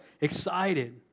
excited